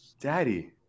Daddy